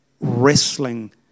wrestling